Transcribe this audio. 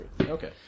Okay